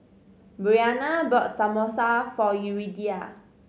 Briana bought Samosa for Yuridia